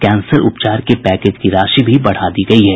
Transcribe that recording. cancer उपचार के package की राशि भी बढ़ा दी गई है